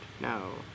No